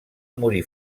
morir